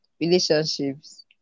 relationships